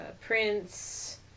prints